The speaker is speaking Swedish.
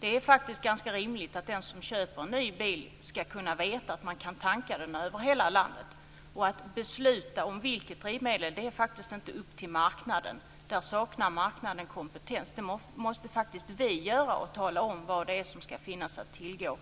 tillgängligt. Det är ganska rimligt att den som köper en ny bil ska kunna veta att den kan tankas över hela landet. Att besluta om vilket drivmedel som ska komma i fråga är faktiskt inte upp till marknaden. Där saknar marknaden kompetens. Vi måste faktiskt tala om vad som ska finnas att tillgå.